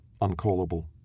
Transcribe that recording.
uncallable